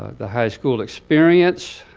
the high school experience.